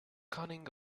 cunning